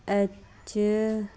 H